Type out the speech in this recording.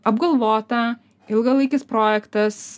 apgalvota ilgalaikis projektas